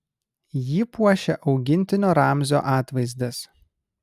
jį puošia augintinio ramzio atvaizdas